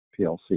PLC